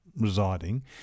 residing